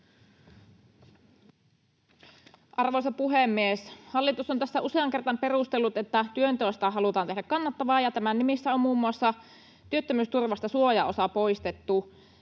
Arvoisa puhemies! Hallitus on tässä useaan kertaan perustellut, että työnteosta halutaan tehdä kannattavaa, ja tämän nimissä on muun muassa työttömyysturvasta suojaosa poistettu.